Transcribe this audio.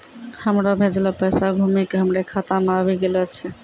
हमरो भेजलो पैसा घुमि के हमरे खाता मे आबि गेलो छै